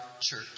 church